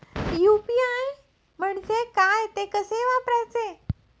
UPI म्हणजे काय, ते कसे वापरायचे?